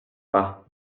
pas